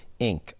Inc